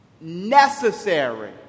necessary